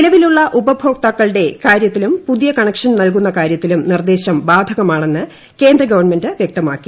നിലവിലുള്ള ഉപഭോക്താക്കളുടെ കീഴ്ച്ചത്തിലും പുതിയ കണക്ഷൻ നൽകുന്ന കാര്യത്തിലും നിർദ്ദേശം ബാധകമാണെന്ന് കേന്ദ്ര ഗവൺമെന്റ് വ്യക്തമാക്കി